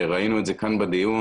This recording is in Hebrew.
וראינו את זה כאן בדיון,